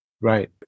right